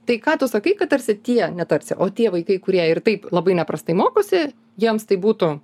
tai ką tu sakai kad tarsi tie netaps o tie vaikai kurie ir taip labai neprastai mokosi jiems tai būtų